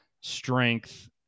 strength